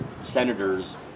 senators